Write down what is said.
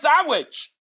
sandwich